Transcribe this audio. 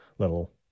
Little